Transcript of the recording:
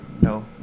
no